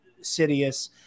sidious